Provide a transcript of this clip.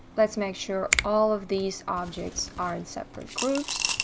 let's make sure all of these objects are in separate groups.